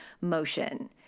motion